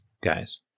guys